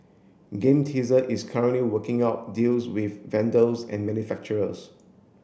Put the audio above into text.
game teaser is currently working out deals with vendors and manufacturers